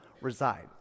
reside